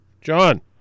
John